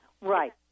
Right